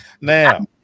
Now